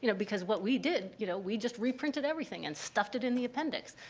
you know because what we did, you know, we just reprinted everything and stuffed it in the appendix,